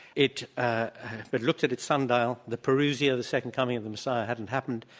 it ah but looked at its sundial, the perusing of the second coming of the messiah hadn't happened,